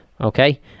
okay